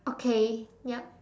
okay yup